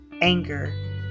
anger